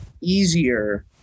easier